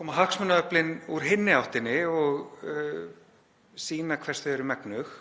koma hagsmunaöflin úr hinni áttinni og sýna hvers þau eru megnug.